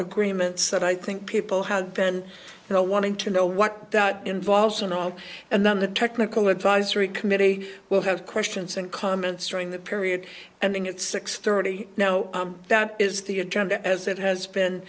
agreements that i think people have been you know wanting to know what that involves and all and then the technical advisory committee will have questions and comments during the period and then at six thirty now that is the agenda as it has been